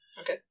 Okay